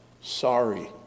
sorry